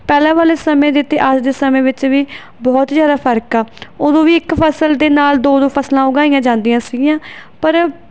ਪਹਿਲਾਂ ਵਾਲੇ ਸਮੇਂ ਦੇ ਅਤੇ ਅੱਜ ਦੇ ਸਮੇਂ ਵਿੱਚ ਵੀ ਬਹੁਤ ਹੀ ਜ਼ਿਆਦਾ ਫਰਕ ਆ ਉਦੋਂ ਵੀ ਇੱਕ ਫਸਲ ਦੇ ਨਾਲ ਦੋ ਦੋ ਫਸਲਾਂ ਉਗਾਈਆਂ ਜਾਂਦੀਆਂ ਸੀਗੀਆਂ ਪਰ